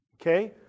Okay